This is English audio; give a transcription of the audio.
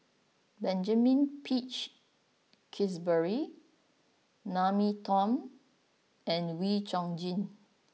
Benjamin Peach Keasberry Naomi Tan and Wee Chong Jin